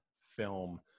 film